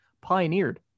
pioneered